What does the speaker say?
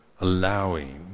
allowing